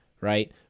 right